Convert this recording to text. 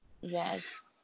Yes